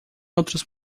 outros